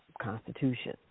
constitution